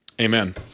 Amen